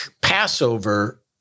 Passover